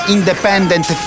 Independent